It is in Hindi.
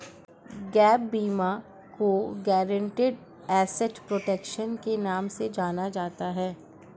गैप बीमा को गारंटीड एसेट प्रोटेक्शन के नाम से जाना जाता है